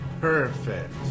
Perfect